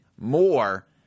more